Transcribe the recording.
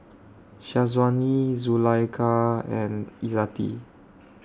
Syazwani Zulaikha and Izzati